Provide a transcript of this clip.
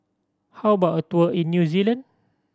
how about a tour in New Zealand